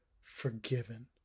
forgiven